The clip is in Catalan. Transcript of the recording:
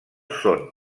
són